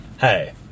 hey